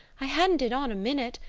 i hadn't it on a minute.